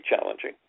challenging